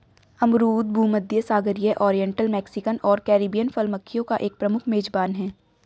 अमरूद भूमध्यसागरीय, oriental, Mexican और कैरिबियन फल मक्खियों का एक प्रमुख मेजबान है